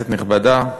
כנסת נכבדה,